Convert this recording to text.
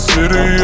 City